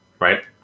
Right